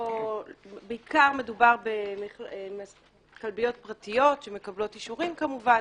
בעיקר מדובר בכלביות פרטיות שמקבלות אישורים כמובן